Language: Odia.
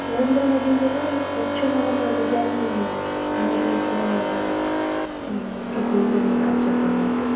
ନରେନ୍ଦ୍ର ମୋଦିଙ୍କର ଏଇ ସ୍ୱଚ୍ଛ ଭାରତ ଅଭିଯାନ ନିହାତି ଏକ ପ୍ରଶଂସନୀୟ କାର୍ଯ୍ୟକ୍ରମ ଅଟେ